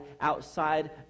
outside